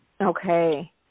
Okay